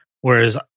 whereas